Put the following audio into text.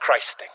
Christing